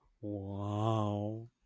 Wow